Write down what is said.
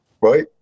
right